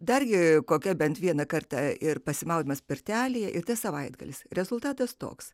dargi kokia bent vieną kartą ir pasimaudymas pirtelėje ir tas savaitgalis rezultatas toks